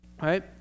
right